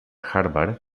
harvard